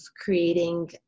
creating